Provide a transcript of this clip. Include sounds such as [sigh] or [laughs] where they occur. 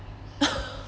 [laughs]